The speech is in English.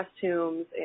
costumes